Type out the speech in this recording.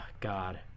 God